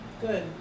Good